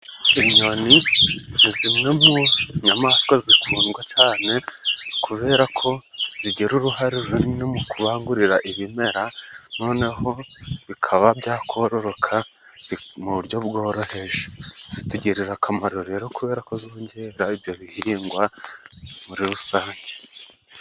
Inyoni ni zimwe mu inyamaswa zikundwa cane, kubera ko zigira uruhare runini mu kubangurira ibimera, noneho bikaba byakororoka mu buryo bworoheje, zitugirira akamaro rero kubera ko zongerera ibyo bihingwa muri rusange.